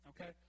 Okay